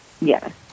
Yes